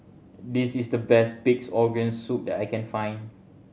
this is the best Pig's Organ Soup that I can find